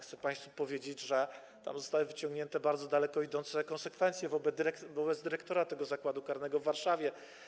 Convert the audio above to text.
Chcę państwu powiedzieć, że zostały wyciągnięte bardzo daleko idące konsekwencje wobec dyrektora tego zakładu karnego w Warszawie.